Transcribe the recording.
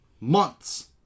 months